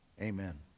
Amen